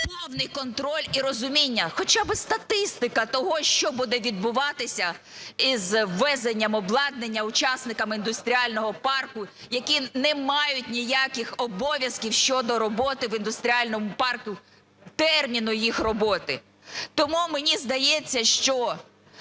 повний контроль і розуміння, хоча би статистика того, що буде відбуватися із ввезенням обладнання учасниками індустріального парку, які не мають ніяких обов'язків щодо роботи в індустріальному парку, терміну їх роботи. Тому мені здається, що